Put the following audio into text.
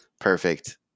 perfect